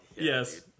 Yes